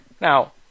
Now